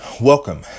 welcome